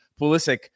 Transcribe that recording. Pulisic